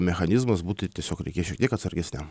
mechanizmas būti tiesiog reikės šiek tiek atsargesniam